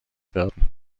werden